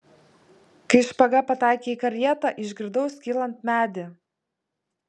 kai špaga pataikė į karietą išgirdau skylant medį